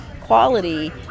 quality